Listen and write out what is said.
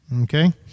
okay